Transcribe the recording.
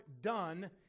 done